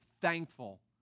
thankful